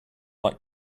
like